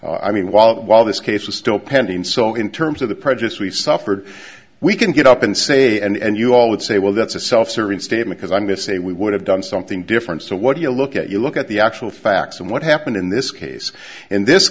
after i mean while while this case was still pending so in terms of the prejudice we've suffered we can get up and say and you all would say well that's a self serving statement as i'm going to say we would have done something different so what do you look at you look at the actual facts and what happened in this case in this